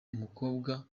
umukobwa